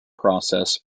process